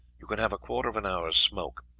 you can have a quarter of an hour's smoke.